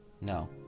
no